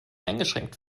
eingeschränkt